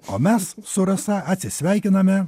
o mes su rasa atsisveikiname